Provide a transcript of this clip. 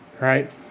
right